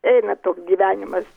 eina toks gyvenimas